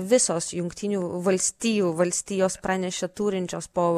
visos jungtinių valstijų valstijos pranešė turinčios po